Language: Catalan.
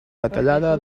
detallada